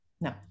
No